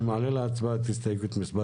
הצבעה לא אושרה הסתייגות מספר